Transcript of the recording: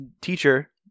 teacher